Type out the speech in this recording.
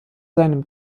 seinem